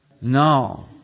No